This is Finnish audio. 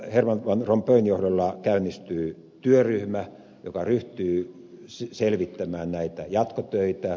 herman van rompuyn johdolla käynnistyy työryhmä joka ryhtyy selvittämään näitä jatkotöitä